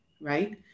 right